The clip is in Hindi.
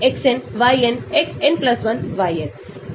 तो इलेक्ट्रॉन प्रत्यावर्तन प्रतिस्थापन गतिविधि को बढ़ाता है